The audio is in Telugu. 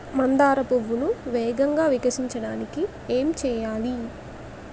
మందార పువ్వును వేగంగా వికసించడానికి ఏం చేయాలి?